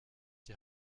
die